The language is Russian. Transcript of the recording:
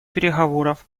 переговоров